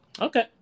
Okay